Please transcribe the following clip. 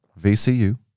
VCU